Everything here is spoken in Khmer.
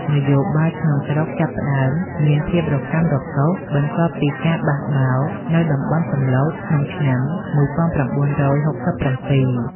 នយោបាយក្នុងស្រុកចាប់ផ្តើមមានភាពរកាំរកូសបន្ទាប់ពីការបះបោរនៅតំបន់សំឡូតក្នុងឆ្នាំ ១៩៦៧។